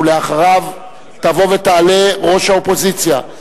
ואחריו תבוא ותעלה ראש האופוזיציה.